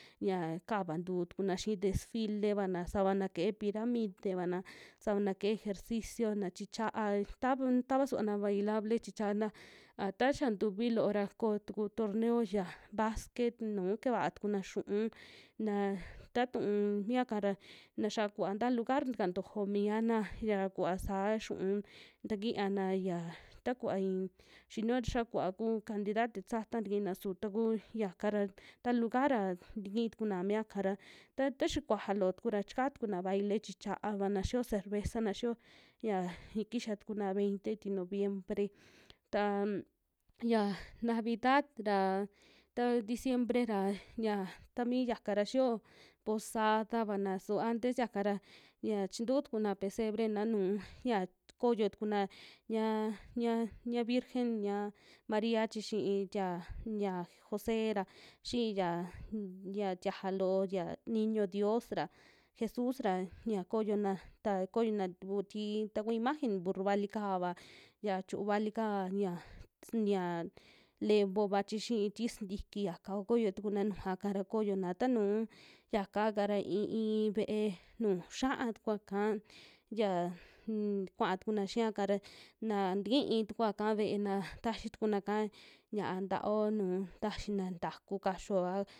Ya kava ntuu tukuna xi'i desfile vana savana ke'e piramide vana, savana ke'e ejecicio na chichaa, tavan tava suvana bailable chichaana, a ta xia tuuvi loo ra koo tuku torneo ya basquet nuu kevaa tukuna yiu'un, na tatuun miaka ra na xia kuva nta lugar ntaka ntojo miana ya kuva saa yiu'un takiana, yia takuva i'i xinio taya kuva ku cantidad exacta ntakina su taku yaka ra, ta luagar'a ntikii tukuna miaka ra, ta taxia kuaja loo tukura chikaa tukuna baile chichaa vana xiyo cervezana, xiyo ya ii kixa tukuna veinte ti noviembre, taan ya navidad raa ta diciembre ra ya tami yaka ra xiyo posada vana su antes yaka ra ñia chintu tukuna pecebre'na nuu ya tukoyo tukuna ñia'a, ñia'a virgen ñaa maria chi xi'i tia ya jose ra xi'i ya unm ya tiaja loo ya niño dios ra, jesus ra ñia koyona ta koyona tiku tii taku imagen burru vali kaava, xia chu'u vali kaa, xia sis xia levo'va chi xi'i ti sintiki yaka koyo tukuna nujua'ka ra kyona, ta nuu yaka ka ra i'i, i'i ve'e nuju xiaa tukua'ka yiaa un kua tukuna xiaka ra naa tikii tukua'ka ve'ena tayi tukuna'ka ña'a ntao nuu taxina ntaku kaxio a.